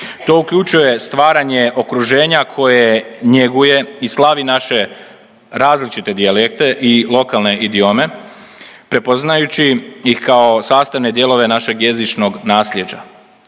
To uključuje stvaranje okruženja koje njeguje i slavi naše različite dijalekte i lokalne idiome, prepoznajući ih kao sastavne dijelove našeg jezičnog nasljeđa.